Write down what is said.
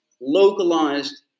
localized